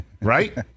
right